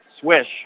Swish